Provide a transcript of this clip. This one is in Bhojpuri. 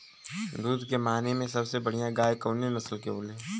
दुध के माने मे सबसे बढ़ियां गाय कवने नस्ल के होली?